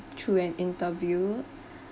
through an interview